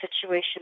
situation